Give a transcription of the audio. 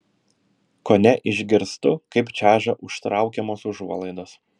kone išgirstu kaip čeža užtraukiamos užuolaidos